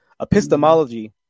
Epistemology